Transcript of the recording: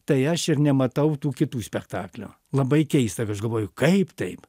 tai aš ir nematau tų kitų spektaklių labai keista aš galvoju kaip taip